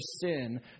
sin